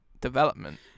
development